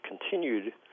continued